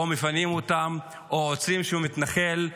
מפנים אותם או עוצרים איזשהו מתנחל,